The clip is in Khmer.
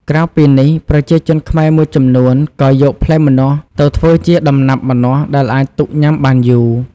ក្រៅពីនេះ ប្រជាជនខ្មែរមួយចំនួនក៏យកផ្លែម្នាស់ទៅធ្វើជា ដំណាប់ម្នាស់ដែលអាចទុកញ៉ាំបានយូរ។